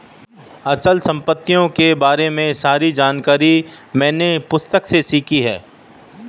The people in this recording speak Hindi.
अचल संपत्तियों के बारे में सारी जानकारी मैंने पुस्तक से सीखी है